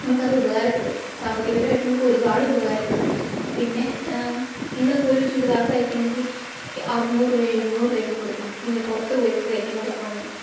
നമുക്കത് ഉപകാരപ്പെടും സാമ്പത്തികപരമായിട്ട് നമുക്ക് ഒരുപാട് ഉപകാരപ്പെടും പിന്നെ ഇന്നൊക്കെ ഒരു ചുരിദാറ് തയ്ക്കണമെങ്കിൽ അറുന്നൂറ് രൂപ എഴുന്നൂറ് രൂപയൊക്കെ കൊടുക്കണം ഇല്ലേ പുറത്ത് പോയി തയ്ക്കാൻ കൊടുക്കുവാണെങ്കിൽ